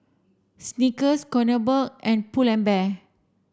Snickers Kronenbourg and Pull and Bear